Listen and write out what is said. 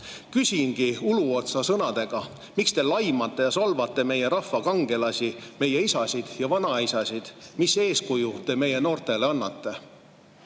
Küsingi Uluotsa sõnadega: miks te laimate ja solvate meie rahva kangelasi, meie isasid ja vanaisasid? Mis eeskuju te meie noortele annate?